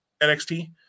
NXT